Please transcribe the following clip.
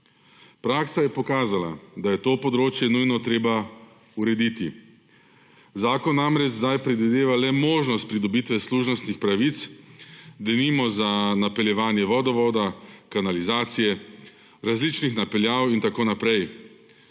Praksa je pokazala, da je to področje nujno treba urediti. Zakon namreč zdaj predvideva le možnosti pridobitve služnostnih pravic, denimo za napeljevanje vodovoda, kanalizacije, različnih napeljav in tako naprej,